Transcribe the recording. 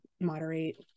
moderate